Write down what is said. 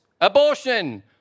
abortion